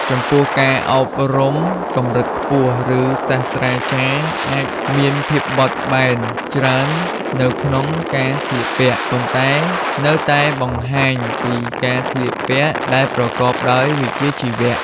ចំពោះការអប់រំកម្រិតខ្ពស់ ឬ សាស្ត្រាចារ្យអាចមានភាពបត់បែនច្រើននៅក្នុងការស្លៀកពាក់ ប៉ុន្តែនៅតែបង្ហាញពីការស្លៀកពាក់ដែលប្រកបដោយវិជ្ជាជីវៈ។